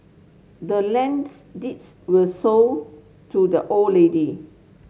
the land's deeds was sold to the old lady